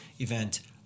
event